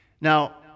Now